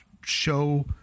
show